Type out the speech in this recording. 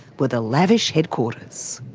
were the lavish headquarters.